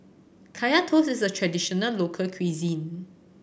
Kaya Toast is a traditional local cuisine